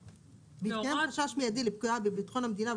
בהתקיים חשש מיידי לפגיעה בביטחון המדינה,